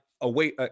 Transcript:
away